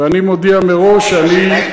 ואני מודיע מראש, השאלה,